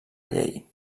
llei